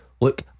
Look